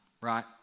right